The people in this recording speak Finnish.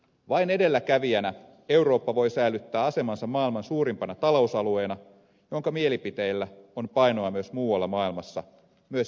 vain edelläkävijänä eurooppa voi säilyttää asemansa maailman suurimpana talousalueena jonka mielipiteillä on painoa myös muualla maailmassa myös ihmisoikeuksissa